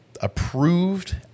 approved